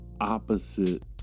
opposite